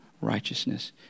righteousness